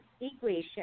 equation